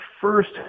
first